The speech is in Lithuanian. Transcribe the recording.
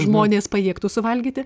žmonės pajėgtų suvalgyti